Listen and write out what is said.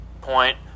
point